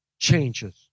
changes